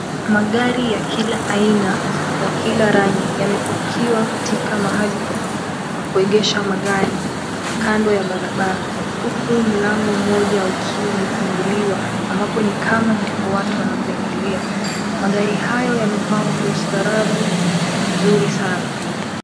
Magari ya kila aina, na kila rangi. Yamepakiwa katika mahali pa kuegesha magari, kando ya barabara. Huku mlango mmoja ukiwa umefunguliwa, ambapo ni kama ndipo watu wanapoingilia. Magari hayo yamepangwa ustaarabu mzuri sana.